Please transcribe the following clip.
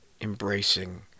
embracing